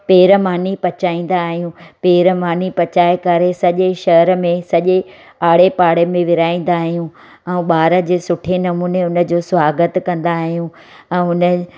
पेर मानी पचाईंदा आहियूं पेर मानी पचाए करे सॼे शहर में सॼे आड़े पाड़े में विरिहाईंदा आहियूं ऐं ॿार जे सुठे नमूने हुन जो स्वागत कंदा आहियूं ऐं हुन